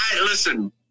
Listen